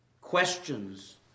questions